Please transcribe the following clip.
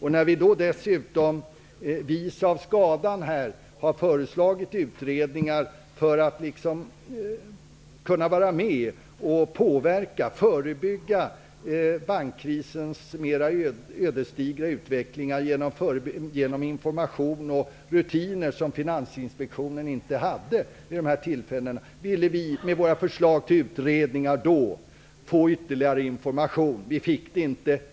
För att kunna påverka det hela och förebygga bankkrisens mera ödesdigra skador, genom information och införande av vissa rutiner som Finansinspektionen inte hade, föreslog vi utredningar. Vi fick inte det.